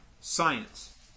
science